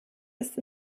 ist